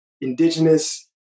indigenous